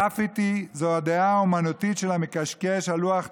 גרפיטי זאת הדעה האומנותית של המקשקש על לוח תמונות.